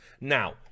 Now